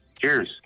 Cheers